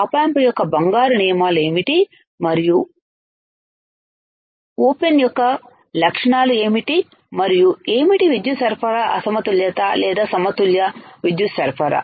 ఆప్ amp యొక్క బంగారు నియమాలు ఏమిటి మరియు ఓపెన్ యొక్క లక్షణాలు ఏమిటి మరియు ఏమిటి విద్యుత్ సరఫరా అసమతుల్యత లేదా సమతుల్య విద్యుత్ సరఫరా